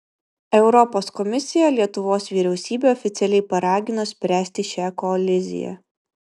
europos komisija lietuvos vyriausybę oficialiai paragino spręsti šią koliziją